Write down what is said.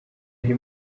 ari